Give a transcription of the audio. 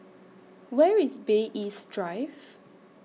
Where IS Bay East Drive